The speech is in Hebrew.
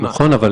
אורנה,